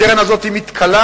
הקרן הזאת מתכלה,